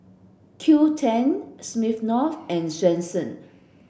Qoo ten Smirnoff and Swensens